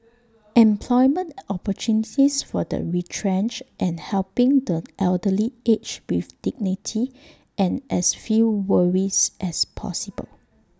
employment opportunities for the retrenched and helping the elderly age with dignity and as few worries as possible